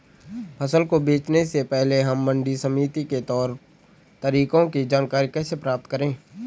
फसल को बेचने से पहले हम मंडी समिति के तौर तरीकों की जानकारी कैसे प्राप्त करें?